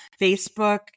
Facebook